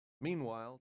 Meanwhile